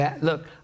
Look